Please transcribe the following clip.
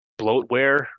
bloatware